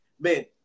man